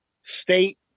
state